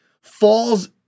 Falls